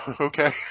okay